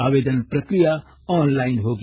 आवेदन प्रक्रिया ऑनलाइन होगी